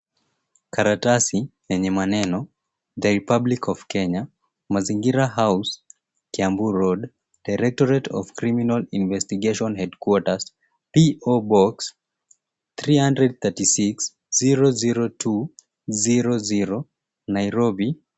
Karatasi yenye maneno, The Republic Of Kenya, Mazingira House Kiambu Road, Directorate Of Criminal Investigation Headquarters, PO BOX 30036 00200 Nairobi.